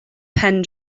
pen